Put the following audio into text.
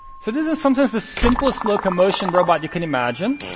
so this is sometimes the simplest locomotion robot you can imagine.